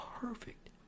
perfect